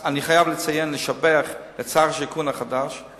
אני חייב לשבח את שר השיכון החדש,